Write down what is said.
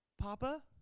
Papa